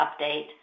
update